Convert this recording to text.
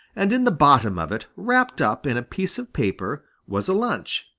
and in the bottom of it, wrapped up in a piece of paper, was a lunch,